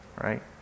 Right